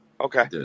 Okay